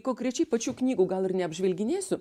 kokrečiai pačių knygų gal ir neapžvelginėsiu